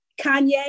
Kanye